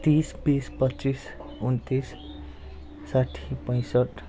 तिस बिस पच्चिस उनन्तिस साठी पैँसट्ठ